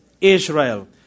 Israel